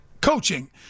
coaching